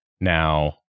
Now